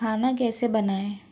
खाना कैसे बनाएँ